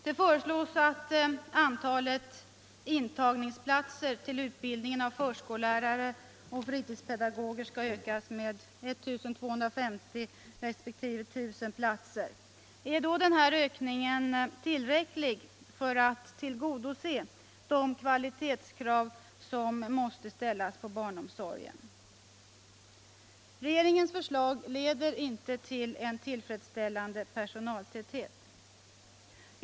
Det föreslås att antalet intagningsplatser till utbildningen av förskollärare och fritidspedagoger skall ökas med 1250 resp. 1000 platser. Är då den här ökningen tillräcklig för att tillgodose de kvalitativa krav som måste ställas på barnomsorgen? Regeringens förslag leder inte till en tillfredsställande personaltäthet.